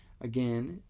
Again